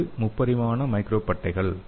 இது முப்பரிமாண மைக்ரோ பட்டைகள்